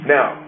Now